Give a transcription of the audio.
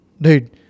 dude